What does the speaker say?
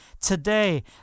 today